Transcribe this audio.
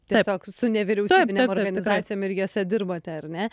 tiesiog su nevyriausybinėm organizacijom ir jose dirbote ar ne